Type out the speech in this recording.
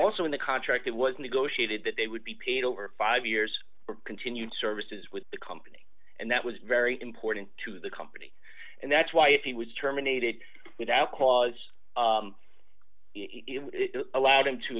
also in the contract that was negotiated that they would be paid over five years for continued services with the company and that was very important to the company and that's why if he was terminated without cause it allowed him to